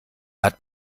hat